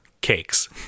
cakes